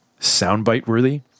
soundbite-worthy